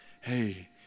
Hey